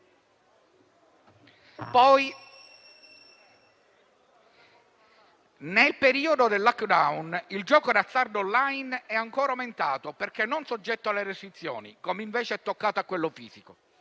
Nel periodo del *lockdown* il gioco d'azzardo *online* è ancora aumentato perché non soggetto alle restrizioni, come invece è toccato a quello fisico,